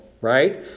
right